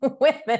women